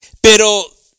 Pero